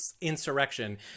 insurrection